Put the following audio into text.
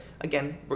again